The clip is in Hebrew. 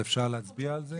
אפשר להצביע על זה?